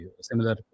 similar